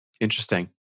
Interesting